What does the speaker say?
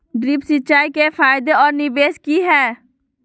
Drip सिंचाई के फायदे और निवेस कि हैय?